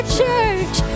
church